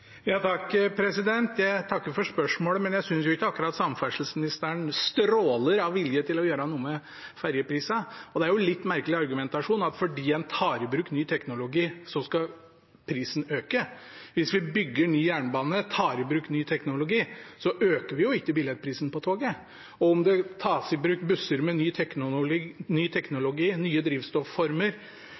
Jeg takker for svaret, men jeg synes jo ikke akkurat samferdselsministeren stråler av vilje til å gjøre noe med ferjeprisene. Det er en litt merkelig argumentasjon at fordi en tar i bruk ny teknologi, skal prisen øke. Hvis vi bygger ny jernbane og tar i bruk ny teknologi, øker vi jo ikke billettprisen på toget, og om det tas i bruk busser med ny teknologi og nye drivstofformer,